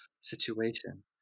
situation